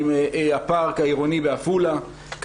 הפארק העירוני בעפולה,